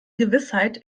gewissheit